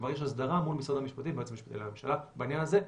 כבר יש הסדרה מול משרד המשפטים והיועץ המשפטי לממשלה בעניין הזה.